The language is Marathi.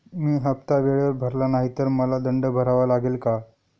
मी हफ्ता वेळेवर भरला नाही तर मला दंड भरावा लागेल का?